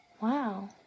Wow